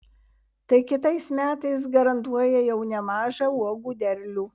tai kitais metais garantuoja jau nemažą uogų derlių